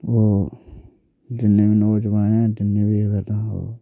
ओह् जिन्ने बी नौजोआन हैन जिन्ने बी तां ओह्